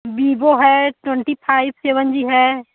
Vivo है twenty five seven G है